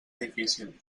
difícil